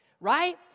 right